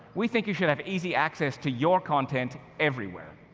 we think you should have easy access to your content everywhere.